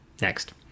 Next